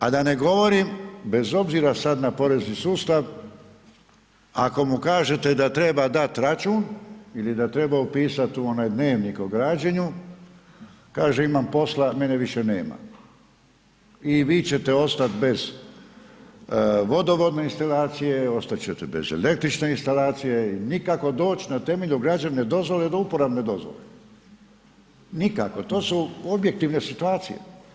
A da ne govorim, bez obzira sad na porezni sustav, ako mu kažete da treba dat račun ili da treba upisat u onaj Dnevnik o građenju, kaže imam posla, mene više nema i vi ćete ostat bez vodovodne instalacije, ostat ćete bez električne instalacije i nikako doć na temelju građevne dozvole do uporabne dozvole, nikako, to su objektivne situacije.